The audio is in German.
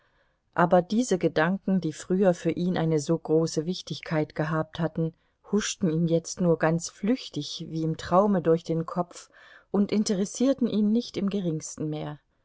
aber diese gedanken die früher für ihn eine so große wichtigkeit gehabt hatten huschten ihm jetzt nur ganz flüchtig wie im traume durch den kopf und interessierten ihn nicht im geringsten mehr